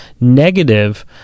negative